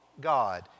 God